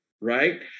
right